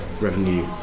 revenue